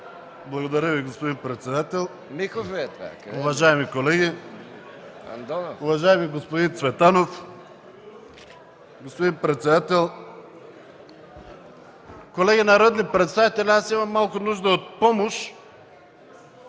Благодаря Ви, господин председател. Уважаеми колеги, уважаеми господин Цветанов, господин председател! Колеги народни представители, аз имам малко нужда от помощ.